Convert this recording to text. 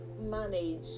manage